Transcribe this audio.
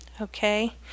okay